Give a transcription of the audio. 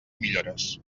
millores